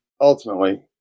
ultimately